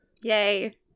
Yay